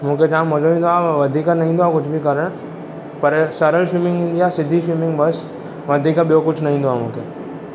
मुंखे जाम मज़ो ईन्दो आहे वधीक न इन्दो आहे कुझ बि करणु पर सरल स्विमिंग ईन्दी आहे सिधी स्विमिंग बस वधीक ॿियो कुझ न ईन्दो आहे मूंखे